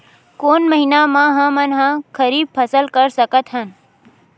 कोन महिना म हमन ह खरीफ फसल कर सकत हन?